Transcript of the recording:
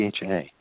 DHA